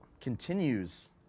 Continues